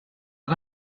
que